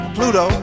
Pluto